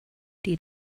die